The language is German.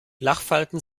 lachfalten